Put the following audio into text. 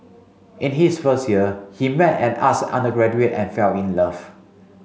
in his first year he met an arts undergraduate and fell in love